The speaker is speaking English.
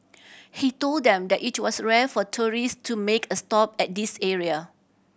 he told them that it was rare for tourist to make a stop at this area